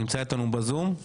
נמצא איתנו בזום.